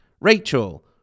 Rachel